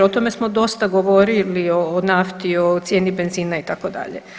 O tome smo dosta govorili o nafti, o cijeni benzina itd.